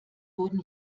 wurden